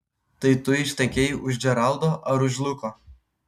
tai tu ištekėjai už džeraldo ar už luko